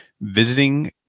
visiting